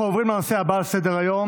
אנחנו עוברים לנושא הבא על סדר-היום: